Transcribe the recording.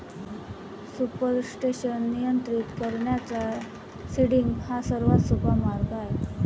supersaturation नियंत्रित करण्याचा seeding हा सर्वात सोपा मार्ग आहे